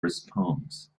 response